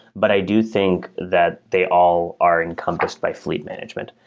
but i do think that they all are encompassed by fleet management.